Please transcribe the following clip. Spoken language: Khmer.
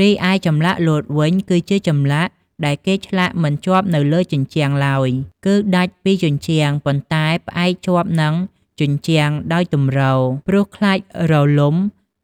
រីឯចម្លាក់លោតវិញគឺជាចម្លាក់ដែលគេឆ្លាក់មិនជាប់នៅលើជញ្ជាំងឡើយ គឺដាច់ពីជញ្ជាំងប៉ុន្តែផ្អែកជាប់និងជញ្ជាំងដោយទំរ ព្រោះខ្លាចរលំ